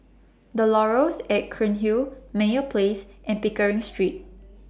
The Laurels At Cairnhill Meyer Place and Pickering Street